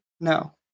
no